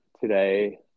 today